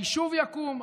היישוב יקום,